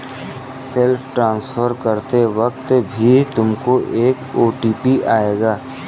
self transfer करते वक्त भी तुमको एक ओ.टी.पी आएगा